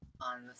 on